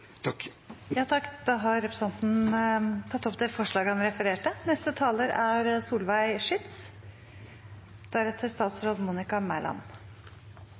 Da har representanten Petter Eide tatt opp forslaget han refererte